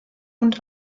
und